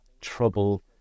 trouble